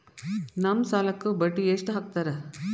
ನಮ್ ಸಾಲಕ್ ಬಡ್ಡಿ ಎಷ್ಟು ಹಾಕ್ತಾರ?